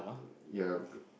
mm ya k~